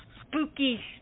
spooky